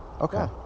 Okay